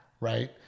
Right